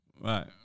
Right